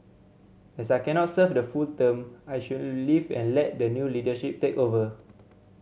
as I cannot serve the full term I should leave and let the new leadership take over